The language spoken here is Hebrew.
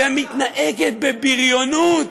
ומתנהגת בבריונות,